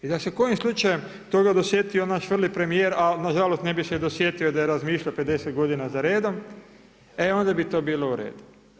I da se kojim slučajem toga dosjetio naš vrli premijer a nažalost ne bi se dosjetio da je razmišljao 50 godina za redom e onda bi to bilo u redu.